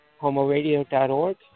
homoradio.org